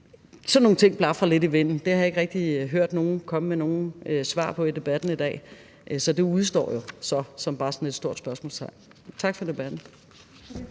Sådan nogle ting blafrer lidt i vinden; det har jeg ikke rigtig hørt nogen komme med nogle svar på i debatten i dag, så det udestår jo så bare som sådan et stort spørgsmålstegn. Tak for debatten.